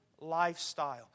lifestyle